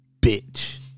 bitch